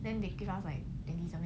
then they give us like the twenty something